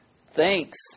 Thanks